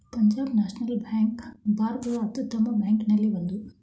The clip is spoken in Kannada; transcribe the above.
ಪಂಜಾಬ್ ನ್ಯಾಷನಲ್ ಬ್ಯಾಂಕ್ ಭಾರತದ ಅತ್ಯುತ್ತಮ ಬ್ಯಾಂಕಲ್ಲಿ ಒಂದು